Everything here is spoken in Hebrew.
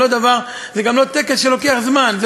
זה גם לא טקס שלוקח זמן,